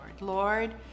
Lord